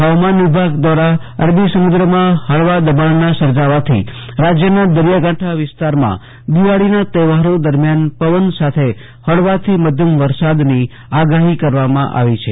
હવામાન વિભાગ દ્રારા અરબી સમુદ્રમાં હળવા દબાણના સર્જાવાથી રાજયના દરિયાકાંઠા વિસ્તારમાં દિવાળીના તહેવારો દરમિયાન પવન સાથે હળવાથી મધ્યમ વરસાદની આગાહી કરવામાં આવી છે